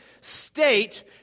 state